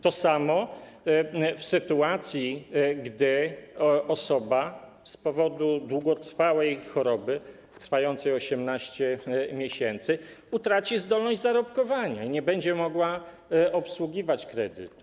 To samo w sytuacji, gdy osoba z powodu długotrwałej choroby, trwającej 18 miesięcy, utraci zdolność zarobkowania i nie będzie mogła obsługiwać kredytu.